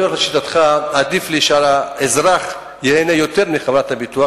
אני הולך לשיטתך: 1. עדיף לי שהאזרח ייהנה יותר מחברת הביטוח,